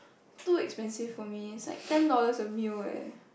too expensive for me inside ten dollars a meal eh